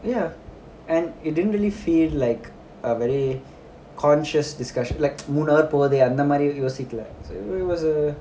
ya and it didn't really feel like a very conscious discussion like மூணு:moonu hour போகுது:pokudhu so it w~ it was a